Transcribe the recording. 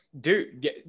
dude